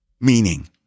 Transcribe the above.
Meaning